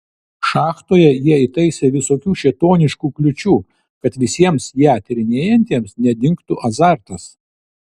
šachtoje jie įtaisė visokių šėtoniškų kliūčių kad visiems ją tyrinėjantiems nedingtų azartas